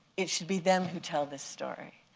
it should be them who tell this story.